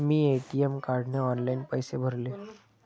मी ATM कार्डने online पैसे भरले